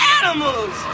animals